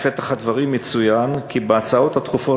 בפתח הדברים יצוין כי בהצעות הדחופות